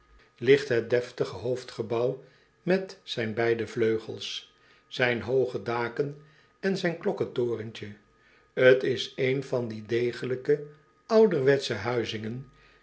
ligt het deftige hoofdgebouw met zijn beide vleugels zijn hooge daken en zijn klokketorentje t is een van die degelijke ouderwetsche huizingen